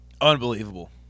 Unbelievable